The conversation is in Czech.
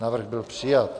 Návrh byl přijat.